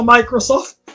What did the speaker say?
Microsoft